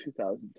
2010